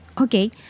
okay